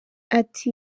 ati